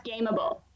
gameable